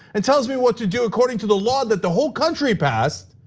and tells me what to do according to the law that the whole country passed,